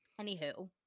anywho